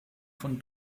von